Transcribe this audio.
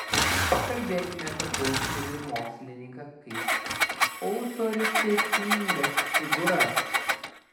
pakalbėkime apie koučerį ir mokslininką kaip autoritetingas figūras